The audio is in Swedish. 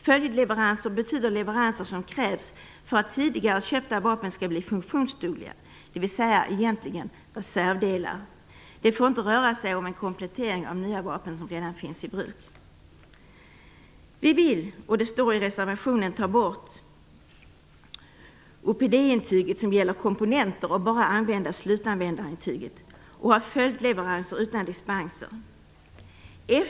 Följdleveranser betyder leveranser som krävs för att tidigare köpta vapen skall bli funktionsdugliga, dvs. egentligen reservdelar. Det får inte röra sig om en komplettering av nya vapen som redan finns i bruk. Vi vill - och det står i reservationen - ta bort OPD-intyget som gäller komponenter och bara använda slutanvändarintyget och ha följdleveranser utan dispenser.